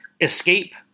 escape